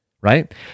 Right